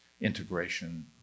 integration